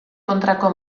kontrako